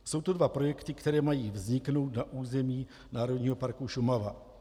Jsou to dva projekty, které mají vzniknout na území Národního parku Šumava.